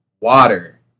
Water